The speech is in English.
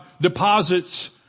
deposits